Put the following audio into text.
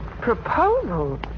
Proposal